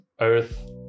earth